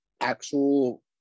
actual